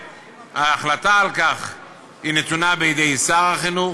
שההחלטה על כך נתונה בידי שר החינוך.